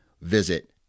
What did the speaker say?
visit